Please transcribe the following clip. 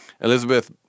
elizabeth